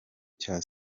cya